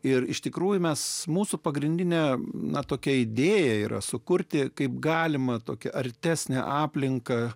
ir iš tikrųjų mes mūsų pagrindinė na tokia idėja yra sukurti kaip galima tokia artesnę aplinką